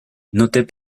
notez